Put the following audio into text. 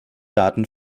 daten